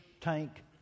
tank